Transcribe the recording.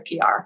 PR